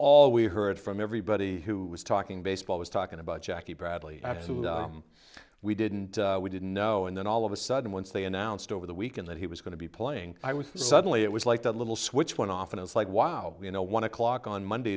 all we heard from everybody who was talking baseball was talking about jackie bradley who we didn't we didn't know and then all of a sudden once they announced over the weekend that he was going to be playing i was suddenly it was like that little switch went off and it's like wow you know one o'clock on monday